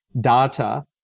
data